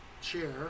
chair